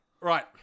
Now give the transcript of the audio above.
Right